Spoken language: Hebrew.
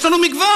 יש לנו מגוון,